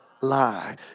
lie